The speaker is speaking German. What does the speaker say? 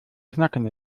knacken